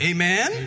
Amen